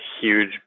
huge